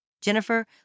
Jennifer